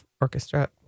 Orchestra